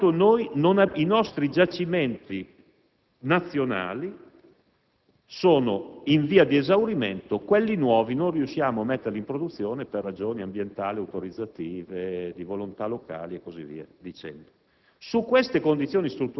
Dall'altro lato, i nostri giacimenti nazionali sono in via di esaurimento e quelli nuovi non riusciamo a metterli in produzione per ragioni ambientali, autorizzative, di volontà locali e via dicendo.